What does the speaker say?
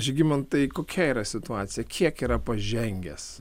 žygimantai kokia yra situacija kiek yra pažengęs